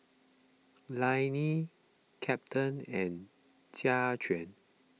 Lainey Captain and Jaquan